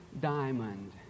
diamond